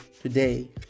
today